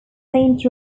saint